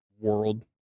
world